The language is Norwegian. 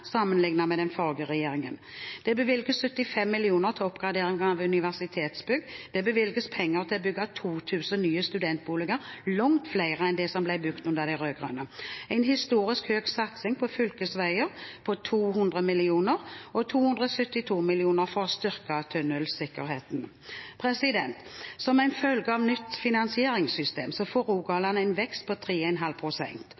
var under den forrige regjeringen. Det bevilges 75 mill. kr til oppgradering av universitetsbygg. Det bevilges penger til å bygge 2 000 nye studentboliger – langt flere enn det som ble bygd under de rød-grønne. Det er en historisk høy satsing på fylkesveier, på 200 mill. kr, og 272 mill. kr for å styrke tunnelsikkerheten. Som en følge av nytt finansieringssystem får